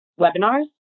webinars